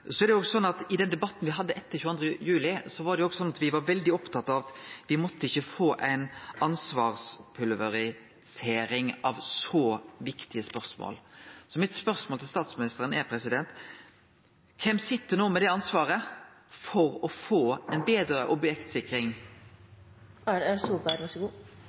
Så var det òg slik at i den debatten me hadde etter 22. juli, var me veldig opptatt av at me ikkje måtte få ei ansvarspulverisering i så viktige spørsmål. Så mitt spørsmål til statsministeren er: Kven sit no med det ansvaret for å få betre objektsikring? Ansvaret er